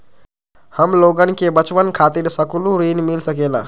हमलोगन के बचवन खातीर सकलू ऋण मिल सकेला?